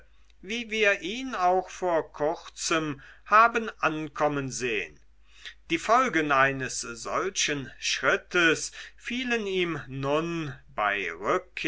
wie wir ihn auch vor kurzem haben ankommen sehen die folgen eines solchen schrittes fielen ihm nun bei